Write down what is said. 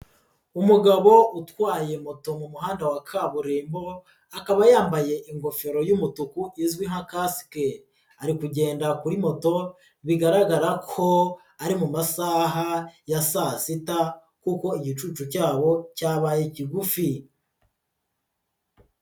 Umugabo utwaye moto mu muhanda wa kaburimbo akaba yambaye ingofero y'umutuku izwi nka kasike, ari kugendera kuri moto bigaragara ko ari mu masaha ya saa sita kuko igicucu cyabo cyabaye kigufi.